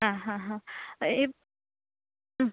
ആ ഹാ ഹാ ഇപ്